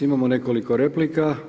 Imamo nekoliko replika.